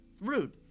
Rude